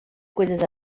coisas